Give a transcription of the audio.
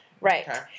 right